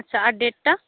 আচ্ছা আর ডেটটা